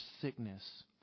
sickness